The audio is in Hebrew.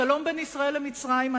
השלום בין ישראל למצרים,